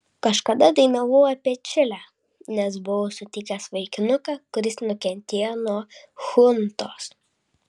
kažkada dainavau apie čilę nes buvau sutikęs vaikinuką kuris nukentėjo nuo chuntos